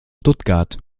stuttgart